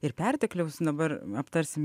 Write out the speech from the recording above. ir pertekliaus dabar aptarsim